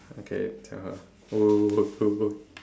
okay tell her go go go go go